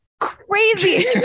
crazy